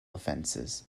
offenses